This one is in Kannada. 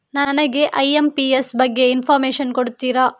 ನನಗೆ ಐ.ಎಂ.ಪಿ.ಎಸ್ ಬಗ್ಗೆ ಇನ್ಫೋರ್ಮೇಷನ್ ಕೊಡುತ್ತೀರಾ?